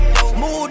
Move